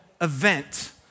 event